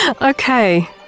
Okay